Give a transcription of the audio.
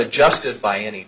adjusted by any